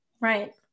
right